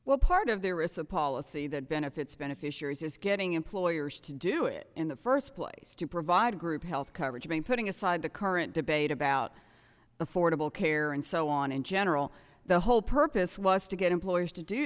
well part of there is a policy that benefits beneficiaries is getting employers to do it in the first place to provide group health coverage by putting aside the current debate about affordable care and so on in general the whole purpose was to get employers to do